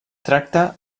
tracta